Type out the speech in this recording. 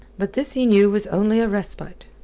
but this he knew was only a respite.